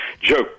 Joe